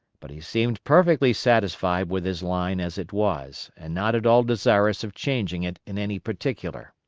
but he seemed perfectly satisfied with his line as it was, and not at all desirous of changing it in any particular.